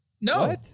No